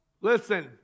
listen